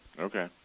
Okay